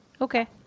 Okay